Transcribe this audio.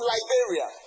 Liberia